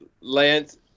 Lance